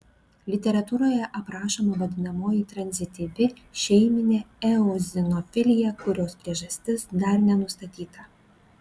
literatūroje aprašoma vadinamoji tranzityvi šeiminė eozinofilija kurios priežastis dar nenustatyta